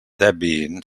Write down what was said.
debian